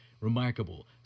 remarkable